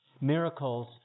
miracles